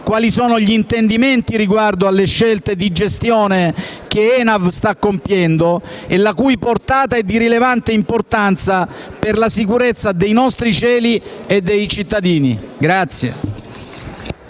quali sono gli intendimenti riguardo alle scelte di gestione che ENAV sta compiendo, la cui portata è di rilevante importanza per la sicurezza dei nostri cieli e dei cittadini.